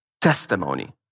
testimony